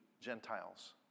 Gentiles